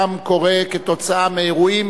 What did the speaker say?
גם קורה כתוצאה מאירועים